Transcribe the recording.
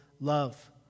love